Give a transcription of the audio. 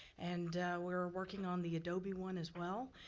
and we're working on the adobe one as well.